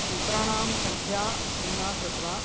सूत्राणां सङ्ख्या न्यूना कृत्वा